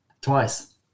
Twice